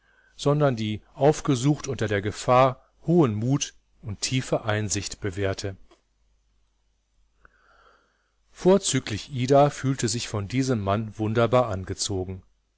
sondern die aufgesucht unter der gefahr hohen mut und tiefe einsicht bewährte vorzüglich ida fühlte sich von diesem mann wunderbar angezogen